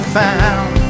found